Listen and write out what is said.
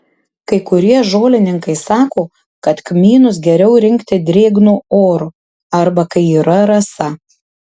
kai kurie žolininkai sako kad kmynus geriau rinkti drėgnu oru arba kai yra rasa